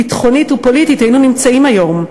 ביטחונית ופוליטית היינו נמצאים היום?